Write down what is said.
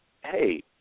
Hey